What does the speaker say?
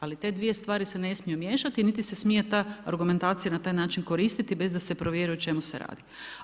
Ali te dvije stvari se ne smiju miješati niti se smije ta argumentacija na taj način koristiti bez da se provjeri o čemu se radi.